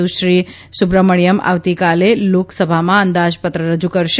સુશ્રી સુબ્રહ્મણ્ય આવતીકાલે લોકસભામાં અંદાજપત્ર રજૂ કરશે